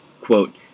Quote